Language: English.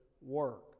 work